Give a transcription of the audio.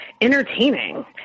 entertaining